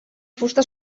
fusta